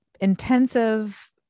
intensive